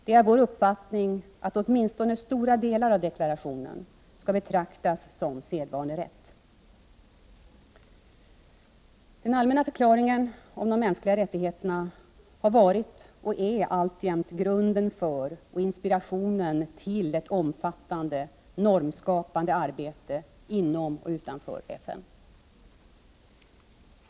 Det är vår uppfattning att åtminstone stora delar av deklarationen skall betraktas som sedvanerätt. Den allmänna förklaringen om de mänskliga rättigheterna har varit och är alltjämt grunden för och inspirationen till ett omfattande normskapande arbete inom och utanför FN.